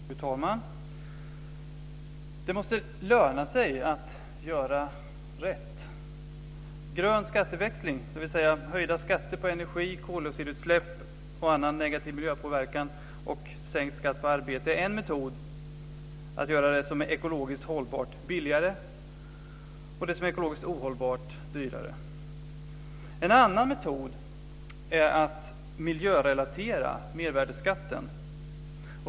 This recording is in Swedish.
Fru talman! Det måste löna sig att göra rätt. Grön skatteväxling, dvs. höjda skatter på energi, koldioxidutsläpp och annan negativ miljöpåverkan och sänkt skatt på arbete är en metod att göra det som är ekologiskt hållbart billigare och det som är ekologiskt ohållbart dyrare. En annan metod är att miljörelatera mervärdesskatten.